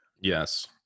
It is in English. Yes